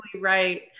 right